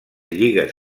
lligues